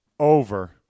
Over